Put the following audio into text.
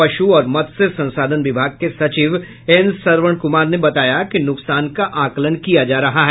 पशु और मत्स्य संसाधन विभाग के सचिव एन सरवण कुमार ने बताया कि नुकसान का आकलन किया जा रहा है